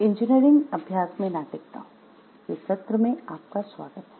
engineering अभ्यास में नैतिकता के सत्र में आपका स्वागत है